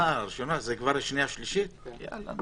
אין לנו